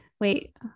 wait